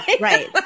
right